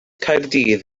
caerdydd